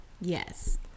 Yes